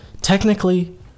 technically